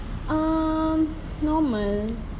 mm normal